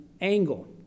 angle